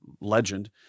legend